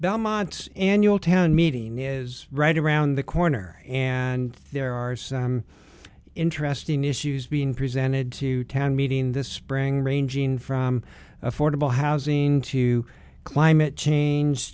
belmont annual town meeting is right around the corner and there are some interesting issues being presented to town meeting this spring ranging from affordable housing to climate change